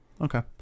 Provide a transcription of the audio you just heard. Okay